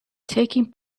taking